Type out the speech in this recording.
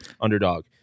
Underdog